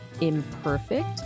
imperfect